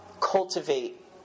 Cultivate